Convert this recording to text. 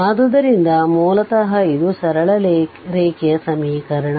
ಆದ್ದರಿಂದ ಮೂಲತಃ ಇದು ಸರಳ ರೇಖೆಯ ಸಮೀಕರಣ